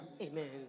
Amen